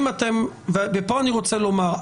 פה אני רוצה לומר,